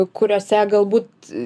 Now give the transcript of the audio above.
kuriose galbūt